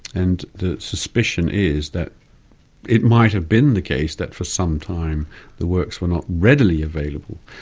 and the suspicion is that it might have been the case that for some time the works were not readily available.